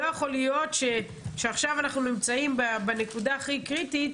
לא יכול להיות שעכשיו אנחנו נמצאים בנקודה הכי קריטית